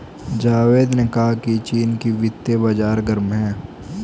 जावेद ने कहा कि चीन का वित्तीय बाजार गर्म है